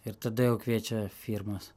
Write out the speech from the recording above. ir tada jau kviečia firmas